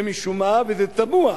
ומשום מה, וזה תמוה,